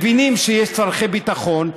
מבינים שיש צורכי ביטחון,